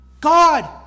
God